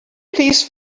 please